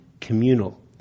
communal